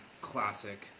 classic